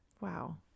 Wow